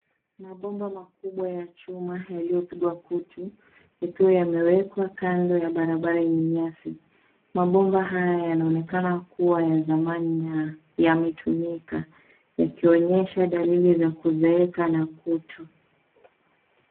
Mabomba makubwa ya chuma yaliyopigwa kutu ,ikiwa yamewekwa kando ya barabara yenye nyasi. Mabomba haya yanaonekana kuwa ya zamani na yametumika. Yakionyesha dalili za kuzeeka na kutu.